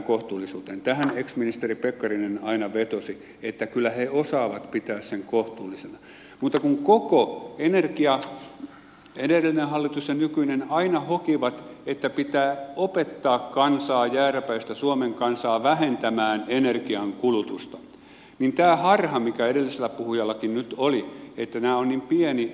tähän ex ministeri pekkarinen aina vetosi että kyllä he osaavat pitää sen kohtuullisena mutta kun edellinen hallitus ja nykyinen aina hokivat että pitää opettaa kansaa jääräpäistä suomen kansaa vähentämään energiankulutusta niin tämä harha oli nyt edelliselläkin puhujalla että nämä ovat niin pieni osa tästä